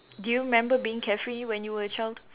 do you remember being carefree when you were a child